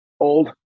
old